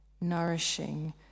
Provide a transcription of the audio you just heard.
nourishing